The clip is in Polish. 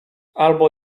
albo